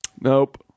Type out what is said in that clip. Nope